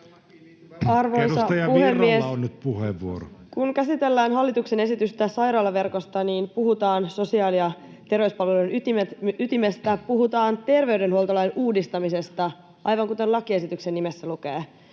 Arvoisa puhemies! Kun käsitellään hallituksen esitystä sairaalaverkosta, niin puhutaan sosiaali- ja terveyspalvelujen ytimestä, puhutaan terveydenhuoltolain uudistamisesta, aivan kuten lakiesityksen nimessä lukee.